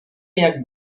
jak